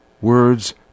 words